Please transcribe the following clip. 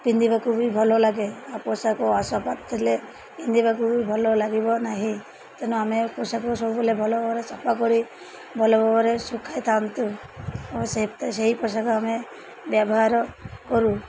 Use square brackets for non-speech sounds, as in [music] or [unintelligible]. ପିନ୍ଧିବାକୁ ବି ଭଲ ଲାଗେ ଆଉ ପୋଷାକ [unintelligible] ଥିଲେ ପିନ୍ଧିବାକୁ ବି ଭଲ ଲାଗିବ ନାହିଁ ତେଣୁ ଆମେ ପୋଷାକ ସବୁବେଲେ ଭଲ ଭାବରେ ସଫା କରି ଭଲ ଭାବରେ ଶୁଖାଇଥାଆନ୍ତୁ ଓ ସେହି ପୋଷାକ ଆମେ ବ୍ୟବହାର କରୁ